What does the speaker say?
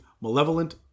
malevolent